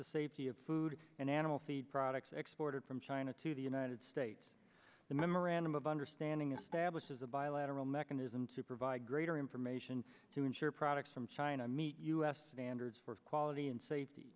the safety of food and animal feed products exported from china to the united states the memorandum of understanding establishes a bilateral mechanism to provide greater information to ensure products from china meet u s standards for quality and safety